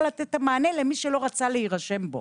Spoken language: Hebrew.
לתת את המענה למי שלא רצה להירשם בו,